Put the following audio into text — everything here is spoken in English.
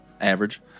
average